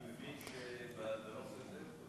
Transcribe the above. אני מבין שבדרום זה יותר טוב.